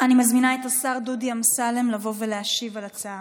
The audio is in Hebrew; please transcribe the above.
אני מזמינה את השר דודי אמסלם לבוא ולהשיב על ההצעה.